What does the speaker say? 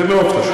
זה מאוד חשוב.